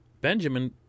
Benjamin